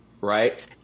Right